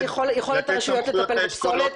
אחד זה יכולת הרשות לטפל בפסולת.